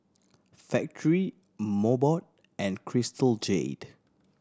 Factorie Mobot and Crystal Jade